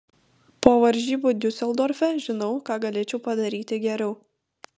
po varžybų diuseldorfe žinau ką galėčiau padaryti geriau